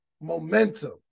momentum